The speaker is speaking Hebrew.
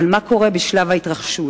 אך מה קורה בשלב ההתרחשות?